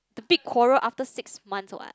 the big quarrel after six months what